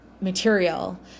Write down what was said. Material